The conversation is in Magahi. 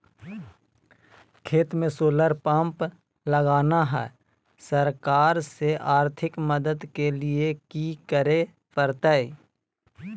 खेत में सोलर पंप लगाना है, सरकार से आर्थिक मदद के लिए की करे परतय?